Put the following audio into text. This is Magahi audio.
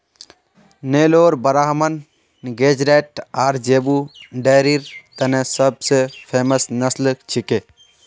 नेलोर ब्राह्मण गेज़रैट आर ज़ेबू डेयरीर तने सब स फेमस नस्ल छिके